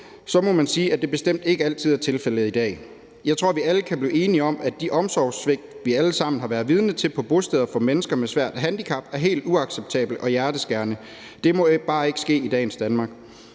2, må man sige, at det bestemt ikke altid er tilfældet i dag. Jeg tror, vi alle kan blive enige om, at de omsorgssvigt, vi alle sammen har været vidne til på bosteder for mennesker med svære handicap, er helt uacceptabelt og hjerteskærende. Det må bare ikke ske i dagens Danmark.